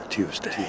Tuesday